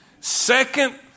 Second